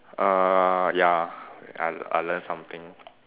uh ya I I learn something